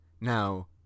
now